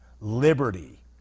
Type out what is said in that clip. liberty